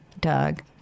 Doug